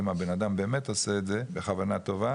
אם הבנאדם באמת עושה את זה בכוונה טובה,